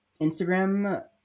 instagram